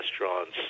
restaurants